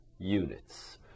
units